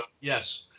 yes